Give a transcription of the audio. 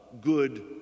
good